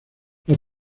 los